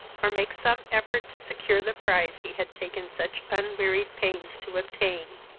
or make some effort to secure the prize he had taken such unwearied pains to obtain.